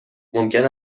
ممکن